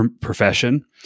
profession